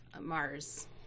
Mars